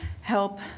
help